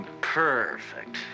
Perfect